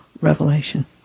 revelation